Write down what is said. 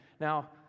Now